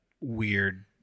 weird